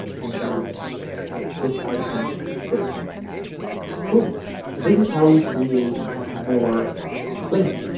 and then list icon this one cool so this is how we create more links